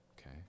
okay